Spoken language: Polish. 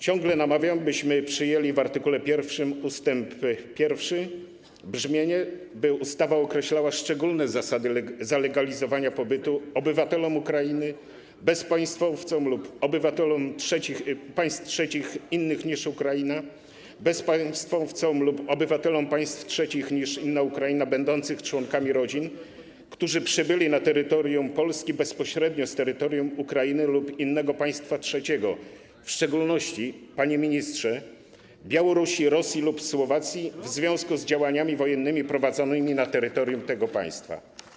Ciągle namawiam, byśmy w art. 1 ust. 1 przyjęli proponowane brzmienie, tak aby ustawa określała szczególne zasady zalegalizowania pobytu obywatelom Ukrainy, bezpaństwowcom lub obywatelom państw trzecich innych niż Ukraina, bezpaństwowcom lub obywatelom państw trzecich innych niż Ukraina będących członkami rodzin, którzy przybyli na terytorium Polski bezpośrednio z terytorium Ukrainy lub innego państwa trzeciego - w szczególności, panie ministrze, z Białorusi, Rosji lub ze Słowacji - w związku z działaniami wojennymi prowadzonymi na terytorium tego państwa.